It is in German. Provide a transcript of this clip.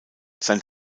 sein